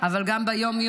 אבל גם ביום-יום,